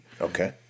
Okay